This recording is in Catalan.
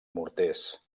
morters